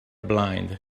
blind